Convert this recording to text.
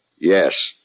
Yes